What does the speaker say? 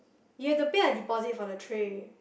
you have to pay a deposit for the tray